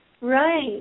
Right